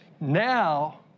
Now